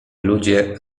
ludzie